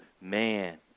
man